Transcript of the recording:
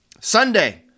Sunday